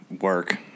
Work